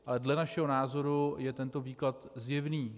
Ale dle našeho názoru je tento výklad zjevný.